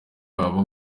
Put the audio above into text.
baba